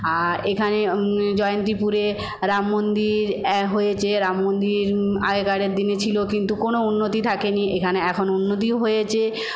আর এখানে জয়ন্তীপুরে রামমন্দির হয়েছে রামমন্দির আগেকারের দিনে ছিল কিন্তু কোনও উন্নতি থাকেনি এখানে এখন উন্নতিও হয়েছে